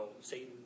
Satan